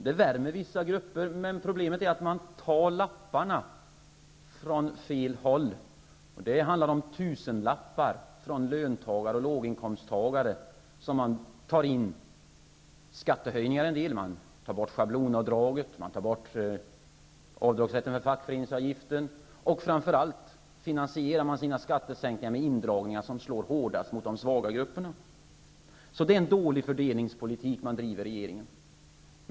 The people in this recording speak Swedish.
Det värmer vissa grupper, men problemet är att man tar lapparna från fel håll. Det handlar om att ta tusenlappar från låginkomsttagare och andra löntagare. En del tas in på skattehöjningar -- man tar bort schablonavdraget och man tar bort avdragsrätten för fackföreningsavgiften -- men framför allt finansierar man skattesänkningarna med indragningar som slår hårdast mot de svaga grupperna. Så det är en dålig fördelningspolitik regeringen bedriver.